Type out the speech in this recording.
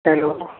hello